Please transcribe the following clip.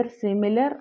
similar